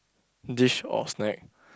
dish or snack